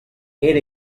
era